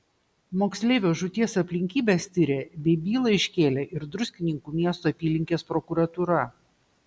moksleivio žūties aplinkybes tiria bei bylą iškėlė ir druskininkų miesto apylinkės prokuratūra